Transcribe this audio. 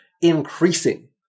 increasing